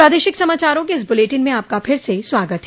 प्रादेशिक समाचारों के इस बुलेटिन में आपका फिर से स्वागत है